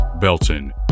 Belton